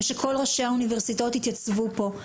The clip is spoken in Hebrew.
ושכל ראשי האוניברסיטאות יתייצבו פה,